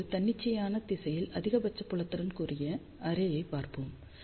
இப்போது தன்னிச்சையான திசையில் அதிகபட்ச புலத்துடன் கூடிய அரேயைப் பார்ப்போம்